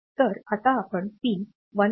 तर आता आपण पिन 1